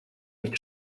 nicht